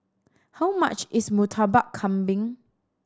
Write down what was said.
how much is Murtabak Kambing